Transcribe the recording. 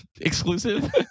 Exclusive